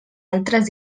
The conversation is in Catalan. altres